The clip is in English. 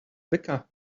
becca